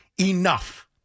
enough